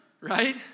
Right